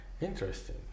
interesting